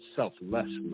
selfless